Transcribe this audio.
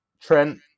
Trent